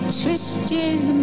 twisted